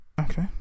Okay